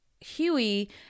Huey